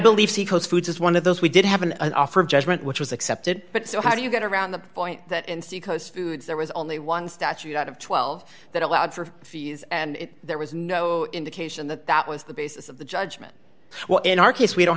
believe seacoast foods is one of those we did have an offer of judgment which was accepted but so how do you get around the point that there was only one statute out of twelve that allowed for fees and there was no indication that that was the basis of the judgement well in our case we don't